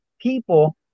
people